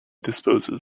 disposes